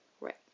Right